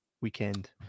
weekend